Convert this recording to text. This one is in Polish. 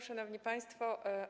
Szanowni Państwo!